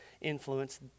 influence